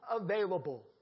available